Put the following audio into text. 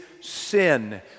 sin